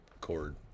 cord